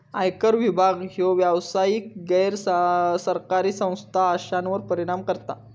आयकर विभाग ह्यो व्यावसायिक, गैर सरकारी संस्था अश्यांवर परिणाम करता